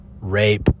rape